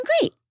great